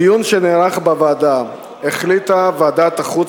בדיון שנערך בוועדה החליטה ועדת החוץ